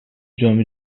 جام